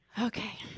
Okay